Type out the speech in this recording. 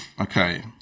Okay